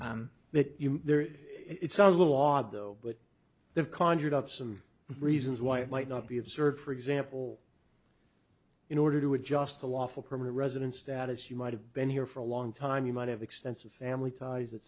it's a little odd though but they've conjured up some reasons why it might not be observed for example in order to adjust to lawful permanent resident status you might have been here for a long time you might have extensive family ties et